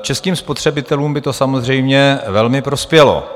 českým spotřebitelům by to samozřejmě velmi prospělo.